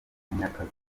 munyakazi